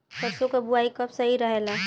सरसों क बुवाई कब सही रहेला?